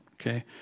okay